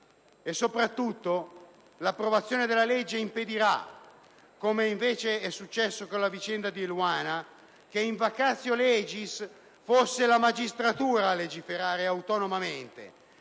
Soprattutto, l'approvazione della legge impedirà, come invece è successo con la vicenda di Eluana, in *vacatio* *legis*, che sia la magistratura a legiferare autonomamente